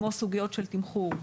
כמו סוגיות של תמחור,